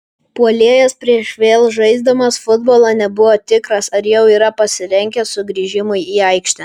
puolėjas prieš vėl žaisdamas futbolą nebuvo tikras ar jau yra pasirengęs sugrįžimui į aikštę